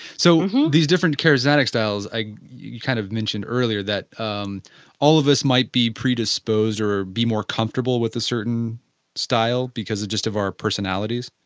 so these different charismatic styles like you kind of mentioned earlier that um all of this might be predisposed or be more comfortable with a certain style because of just of our personalities?